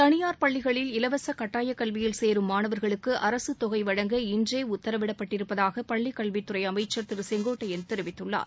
தனியார் பள்ளிகளில் இலவச கட்டாயக்கல்வியில் சேரும் மாணவர்களுக்கு அரசுத்தொகை வழங்க உத்தரவிடப்பட்டிருப்பதாக பள்ளிக்கல்வித்துறை அமைச்சர் செங்கோட்டையன் இன்றே திரு தெரிவித்துள்ளார்